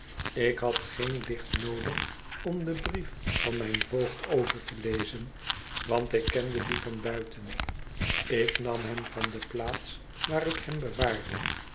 ik had geen licht noodig om den brief van mijn voogd over te lezen want ik kende dien van buiten ik nam hem van de plaats waar ik hem bewaarde